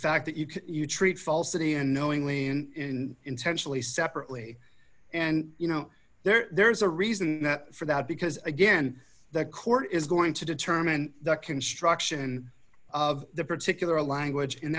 fact that you can you treat falsity unknowingly in intentionally separately and you know there's a reason for that because again the court is going to determine the construction of the particular language and